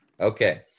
okay